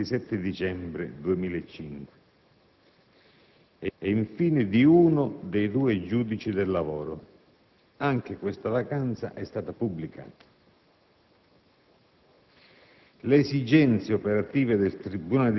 due di queste vacanze pubblicate il 27 dicembre 2005, e infine di uno dei due giudici del lavoro. Anche questa vacanza è stata pubblicata.